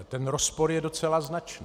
Ten rozpor je docela značný.